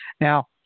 now